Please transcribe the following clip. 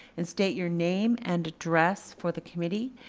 and state your name and address for the committee.